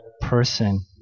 person